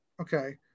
Okay